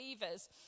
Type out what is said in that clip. believers